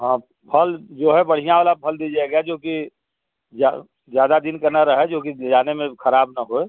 हाँ फल जो है बढ़ियाँ वाला फल दीजिएगा जोकि जा ज्यादा दिन का ना रहे जोकि ले जाने में खराब ना हो